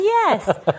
Yes